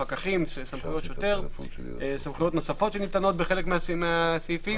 סמכויות שניתנות בחלק מהסעיפים.